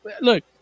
Look